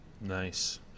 Nice